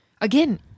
again